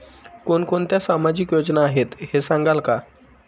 कोणकोणत्या सामाजिक योजना आहेत हे सांगाल का?